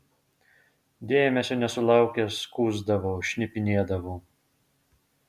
dėmesio nesulaukęs skųsdavau šnipinėdavau